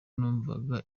numvaga